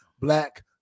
black